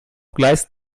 gleis